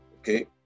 Okay